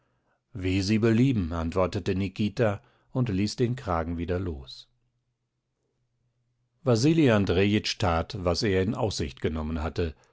wie sie belieben antwortete nikita und ließ den kragen wieder los wasili andrejitsch tat was er in aussicht genommen hatte